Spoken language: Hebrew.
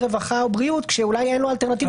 רווחה או בריאות כאשר אולי אין לו אלטרנטיבה.